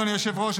אדוני היושב-ראש,